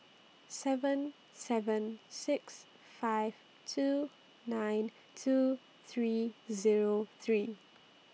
seven seven six five two nine two three Zero three